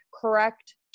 correct